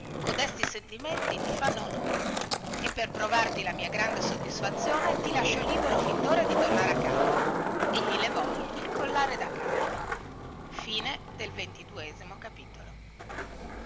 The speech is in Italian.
cotesti sentimenti ti fanno onore e per provarti la mia grande soddisfazione ti lascio libero fin dora di tornare a casa e gli levò il collare da cane